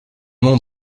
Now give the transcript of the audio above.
nom